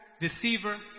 deceiver